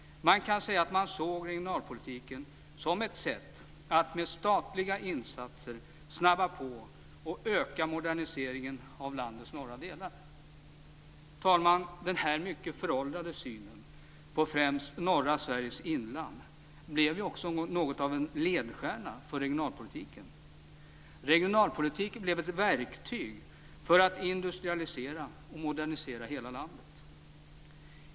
Man kan säga att man såg regionalpolitiken som ett sätt att med statliga insatser snabba på och öka moderniseringen av landets norra delar. Herr talman! Den här mycket föråldrade synen på främst norra Sveriges inland blev ju också något av en ledstjärna för regionalpolitiken. Regionalpolitiken blev ett verktyg för att industrialisera och modernisera hela landet.